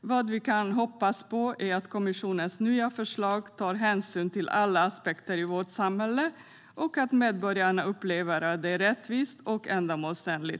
Vad vi kan hoppas på är att kommissionens nya förslag tar hänsyn till alla aspekter i vårt samhälle och att medborgana upplever att det är rättvist och ändamålsenligt.